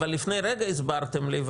אבל לפני רגע הסברתם לי,